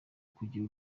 kugira